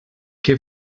què